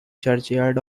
churchyard